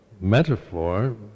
metaphor